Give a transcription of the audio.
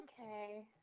okay